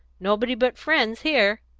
nobody but friends here.